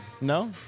No